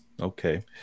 okay